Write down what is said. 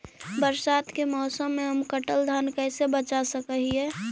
बरसात के मौसम में हम कटल धान कैसे बचा सक हिय?